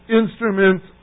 instruments